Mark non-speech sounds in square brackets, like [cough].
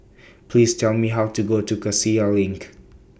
[noise] Please Tell Me How to Go to Cassia LINK